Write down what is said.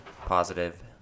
positive